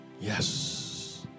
Yes